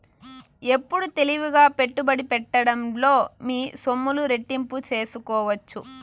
ఎప్పుడు తెలివిగా పెట్టుబడి పెట్టడంలో మీ సొమ్ములు రెట్టింపు సేసుకోవచ్చు